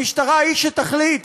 המשטרה היא שתחליט,